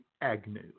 Agnew